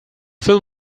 film